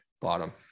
bottom